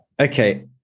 okay